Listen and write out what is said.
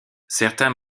certains